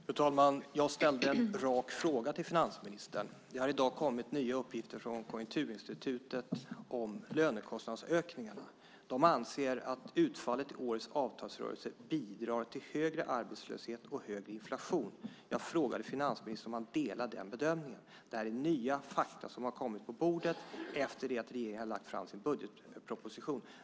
Fru talman! Jag ställde en rak fråga till finansministern. Det har i dag kommit nya uppgifter från Konjunkturinstitutet om lönekostnadsökningarna. Konjunkturinstitutet anser att utfallet i årets avtalsrörelse bidrar till högre arbetslöshet och högre inflation. Jag frågade om finansministern om han delar den bedömningen. Detta är nya fakta som har kommit på bordet efter att regeringen har lagt fram sin budgetproposition.